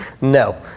No